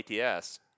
ATS